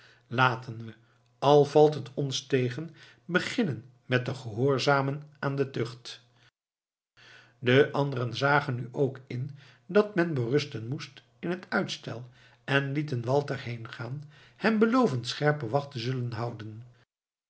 laten we al valt het ons tegen beginnen met te gehoorzamen aan de tucht de anderen zagen nu ook in dat men berusten moest in het uitstel en lieten walter heengaan hem belovend scherpe wacht te zullen houden